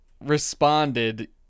responded